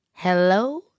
Hello